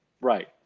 Right